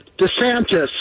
DeSantis